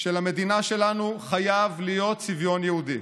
שלמדינה שלנו חייב להיות צביון יהודי,